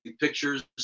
pictures